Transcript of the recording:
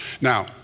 Now